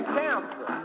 cancer